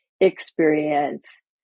experience